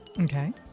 Okay